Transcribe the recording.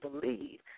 believe